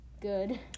good